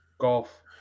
Golf